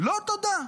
לא תודה.